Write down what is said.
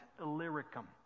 Illyricum